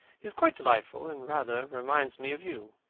he is quite delightful and rather reminds me of you.